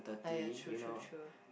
!aiya! true true true